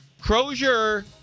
Crozier